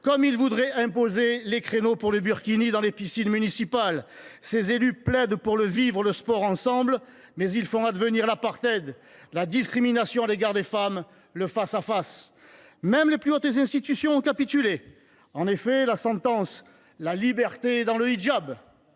comme il voudrait imposer des créneaux pour les burkinis dans ses piscines municipales. Ces élus prennent pour mot d’ordre « vivre le sport ensemble »; mais ils font advenir l’apartheid, la discrimination à l’égard des femmes et le face à face. Même les plus hautes institutions ont capitulé. L’art de la nuance… En effet, la sentence « la liberté est dans le hijab »